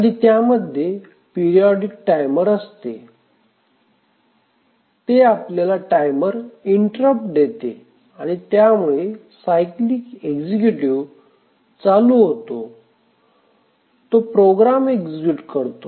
आणि त्यामध्ये periodic timer असते ते आपल्याला टायमर इंटरप्ट देते आणि त्यामुळे सायकलिक एक्झिक्यूटिव्ह चालू होतो तो प्रोग्रॅम एक्झिक्युट करतो